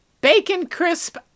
Bacon-crisp